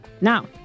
Now